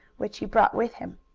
which he brought with him.